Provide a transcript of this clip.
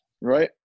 Right